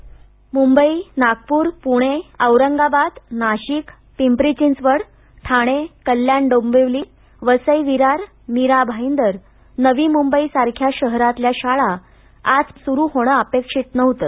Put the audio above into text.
ध्वनी मुंबई नागपूर पुणे औरंगाबाद नाशिक पिंपरी चिंचवड ठाणे कल्याण डोंबिवली वसई विरार मीरा भाईदर नवी मुंबई सारख्या शहरांतल्या शाळा तर आज सुरू होणं अपेक्षित नव्हतंच